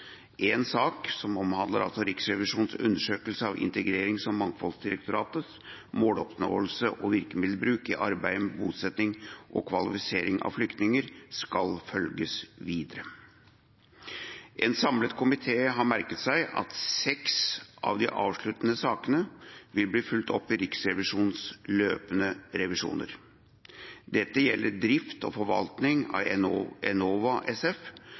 En samlet komité har merket seg at seks av de avsluttede sakene vil bli fulgt opp i Riksrevisjonens løpende revisjoner. Dette gjelder drift og forvaltning av Enova SF,